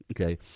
Okay